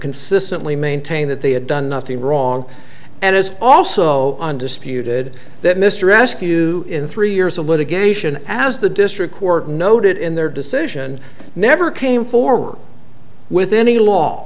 consistently maintained that they had done nothing wrong and is also undisputed that mr rescue in three years of litigation as the district court noted in their decision never came forward with any law